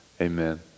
Amen